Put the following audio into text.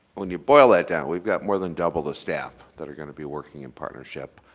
when you boil that down, we've got more than double the staff that are going to be working in partnership.